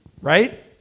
right